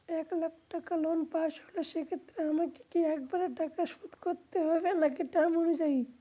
এক লাখ টাকা loan pass হল সেক্ষেত্রে আমাকে কি একবারে টাকা শোধ করতে হবে নাকি টার্ম অনুযায়ী?